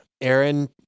Aaron